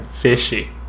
Fishy